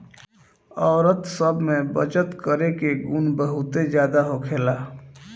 औरत सब में बचत करे के गुण बहुते ज्यादा होखेला